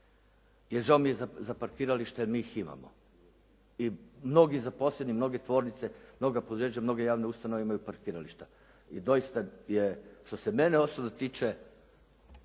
Jer žao mi je za parkiralište jer mi ih imamo i mnogi zaposleni, mnoge tvornice, mnoga poduzeća, mnoge javne ustanove imaju parkirališta i doista je što se mene osobno tiče